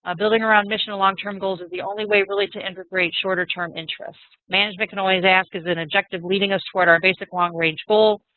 ah building around mission or long-term goals is the only way really to integrate shorter-term interest. management can always ask, is this and objective leading us towards our basic long-range goal?